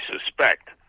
suspect